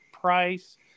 price